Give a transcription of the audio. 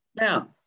Now